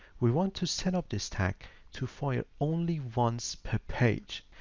we want to set up this tag to fire only once per page.